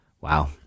Wow